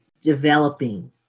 developing